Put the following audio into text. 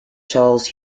charles